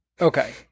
okay